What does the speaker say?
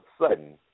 sudden